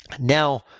Now